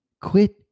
Quit